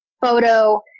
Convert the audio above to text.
photo